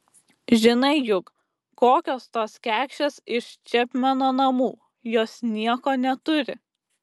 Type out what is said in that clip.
žinai juk kokios tos kekšės iš čepmeno namų jos nieko neturi